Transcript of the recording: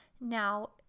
now